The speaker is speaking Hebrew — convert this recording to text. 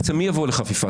אבל מי יבוא לחפיפה?